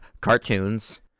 cartoons